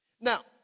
Now